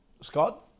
Scott